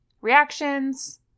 reactions